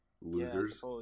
Losers